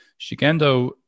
shigendo